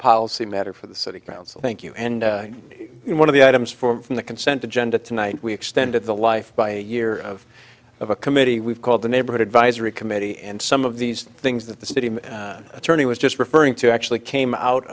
policy matter for the city council thank you and one of the items for from the consent agenda tonight we extended the life by a year of a committee we've called the neighborhood advisory committee and some of these things that the city attorney was just referring to actually came out